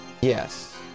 Yes